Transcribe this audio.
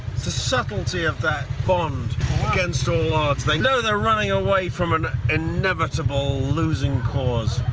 subtlety of that bond against all odds. they know they're running away from an inevitable losing cause